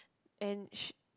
and she